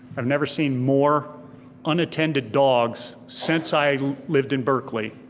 i've never seen more unattended dogs since i lived in berkeley,